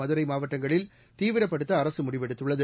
மதுரைமாவட்டங்களில் தீவிரப்படுத்தஅரசுமுடிவெடுத்துள்ளது